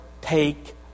take